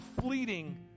fleeting